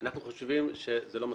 אנחנו חושבים שזה לא מספיק,